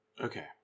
okay